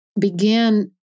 begin